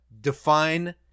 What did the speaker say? Define